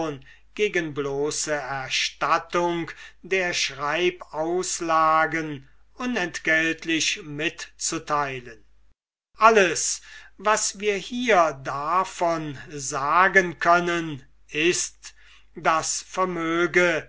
gegen bloße erstattung der schreibauslagen unentgeltlich zu communicieren alles was wir hier davon sagen können ist daß vermöge